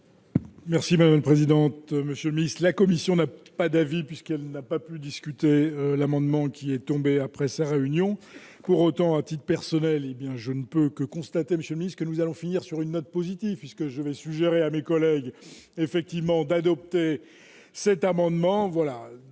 Merci madame la présidente, monsieur le ministre de la commission n'a pas d'avis, puisqu'elle n'a pas pu discuter l'amendement qui est tombé après sa réunion pour autant à titre personnel, hé bien, je ne peux. Que constate M. chemise que nous allons finir sur une note positive puisque je vais suggérer à mes collègues effectivement d'adopter cet amendement